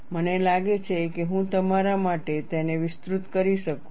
મને લાગે છે કે હું તમારા માટે તેને વિસ્તૃત કરી શકું છું